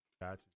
Gotcha